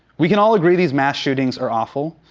we can all agree these mass shootings are awful.